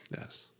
Yes